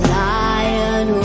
lion